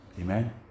Amen